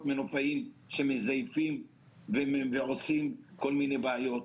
מנופאים שמזייפות ועושות כל מיני בעיות.